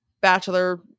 bachelor